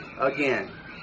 again